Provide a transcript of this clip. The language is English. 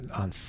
on